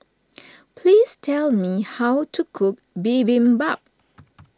please tell me how to cook Bibimbap